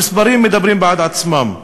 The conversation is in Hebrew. המספרים מדברים בעד עצמם.